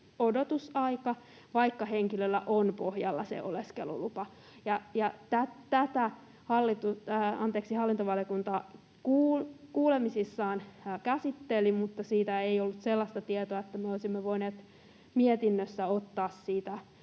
odotusaika, vaikka henkilöllä on pohjalla se oleskelulupa. Ja tätä hallintovaliokunta kuulemisissaan käsitteli, mutta siitä ei ollut sellaista tietoa, että me olisimme voineet mietinnössä ottaa siihen